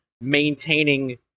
maintaining